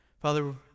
Father